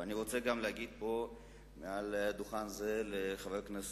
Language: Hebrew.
ואני רוצה להגיד פה מעל דוכן זה לחבר הכנסת,